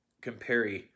compare